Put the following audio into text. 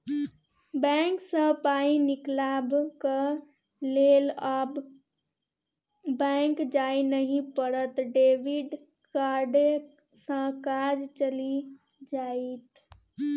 bank सँ पाय निकलाबक लेल आब बैक जाय नहि पड़त डेबिट कार्डे सँ काज चलि जाएत